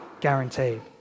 guaranteed